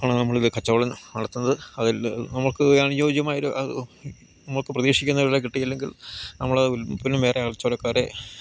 ആണ് നമ്മളത് കച്ചവടം നടത്തുന്നത് അതിൽ നമുക്ക് അനുയോജ്യമായൊരു നമുക്ക് പ്രതീക്ഷിക്കുന്ന വില കിട്ടിയില്ലെങ്കിൽ നമ്മളാ ഉത്പ്പന്നം വേറെ കച്ചവടക്കാരെ